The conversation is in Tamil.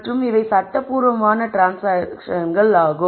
மற்றும் இவை சட்டபூர்வமான ட்ரான்ஸ்சாங்க்ஷன்கள் ஆகும்